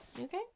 Okay